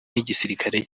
n’igisirikare